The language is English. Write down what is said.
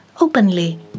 openly